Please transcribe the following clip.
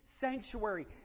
sanctuary